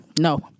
no